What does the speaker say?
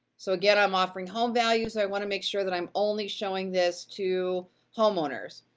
so again, i'm offering home values, i wanna make sure that i'm only showing this to homeowners.